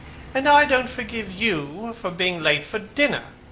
and i don't forgive you for being late for dinner,